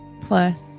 Plus